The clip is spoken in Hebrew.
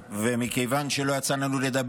מכיוון שלא יצא לנו לדבר,